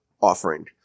offering